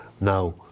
Now